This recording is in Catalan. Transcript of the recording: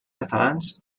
catalans